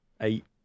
eight